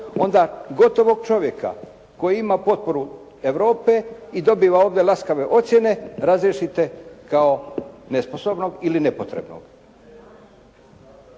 onda gotovog čovjeka koji ima potporu Europe i dobiva ovdje laskave ocjene, razriješite kao nesposobnog ili nepotrebnog.